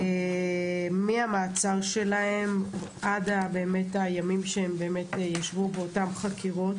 מהמעצר שלהם עד באמת הימים שהם ישבו באותן חקירות.